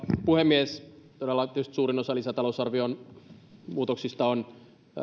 puhemies todella tietysti suurin osa lisätalousarvion muutoksista on